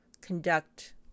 conduct